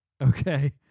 Okay